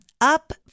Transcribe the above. up